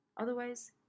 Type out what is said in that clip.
otherwise